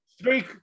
three